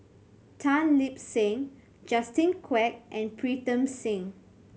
Tan Lip Seng Justin Quek and Pritam Singh